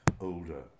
older